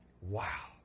Wow